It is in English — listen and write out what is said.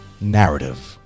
narrative